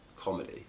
comedy